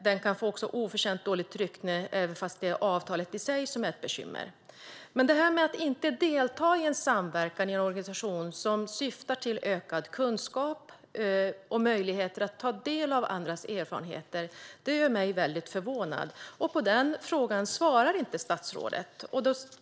OPS kan få oförtjänt dåligt rykte fastän det är avtalet i sig som är ett bekymmer. Att inte delta i samverkan i en organisation som syftar till ökad kunskap och möjligheter att ta del av andras erfarenheter gör mig förvånad. På den frågan svarar inte statsrådet.